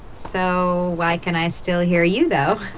so why can i still hear you, though?